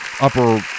Upper